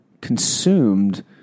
consumed